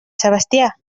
sebastià